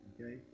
Okay